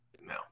no